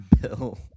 Bill